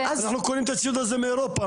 אנחנו קונים את הציוד הזה מאירופה.